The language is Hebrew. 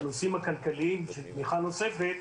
בנושאים הכלכליים של תמיכה נוספת,